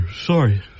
Sorry